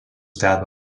deda